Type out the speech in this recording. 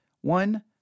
one